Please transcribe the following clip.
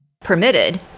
permitted